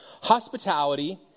Hospitality